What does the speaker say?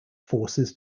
forces